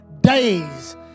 days